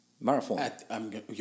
marathon